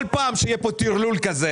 כל פעם שיהיה פה טרלול כזה